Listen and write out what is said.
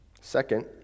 Second